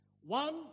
One